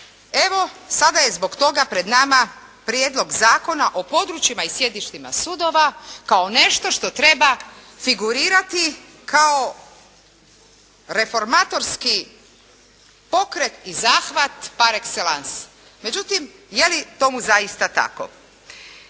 Evo, sada je zbog toga pred nama Prijedlog zakona o područjima i sjedištima sudovima kao nešto što treba figurirati kao reformatorski pokret i zahvat par exellance. Međutim je li tome zaista tako?